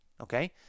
okay